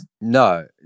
No